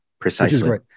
Precisely